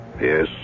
Yes